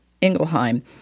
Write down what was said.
ingelheim